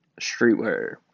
streetwear